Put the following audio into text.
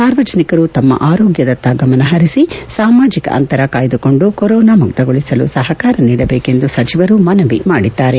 ಸಾರ್ವಜನಿಕರು ತಮ್ನ ಆರೋಗ್ಲದತ್ತ ಗಮನಹರಿಸಿ ಸಾಮಾಜಿಕ ಅಂತರ ಕಾಯ್ದುಕೊಂಡು ಕೊರೊನಾ ಮುಕ್ತಗೊಳಿಸಲು ಸಹಕಾರ ನೀಡಬೇಕೆಂದು ಸಚಿವರು ಮನವಿ ಮಾಡಿದ್ದಾರೆ